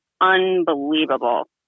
unbelievable